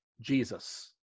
Jesus